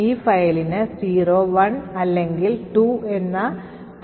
ഈ ഫയലിന് 0 1 അല്ലെങ്കിൽ 2 എന്ന 3 എന്നീ values ഉണ്ടായിരിക്കും